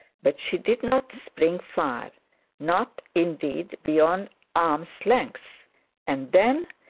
but she did not spring far not, indeed, beyond arm's length and then,